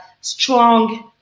strong